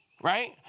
right